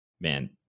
Man